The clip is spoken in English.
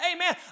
Amen